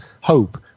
hope